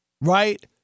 right